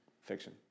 fiction